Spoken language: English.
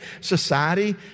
Society